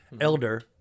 elder